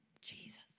Jesus